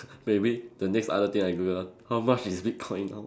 maybe the next other thing I Google how much is bitcoin now